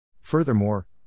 Furthermore